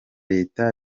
leta